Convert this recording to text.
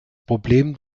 problem